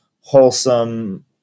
wholesome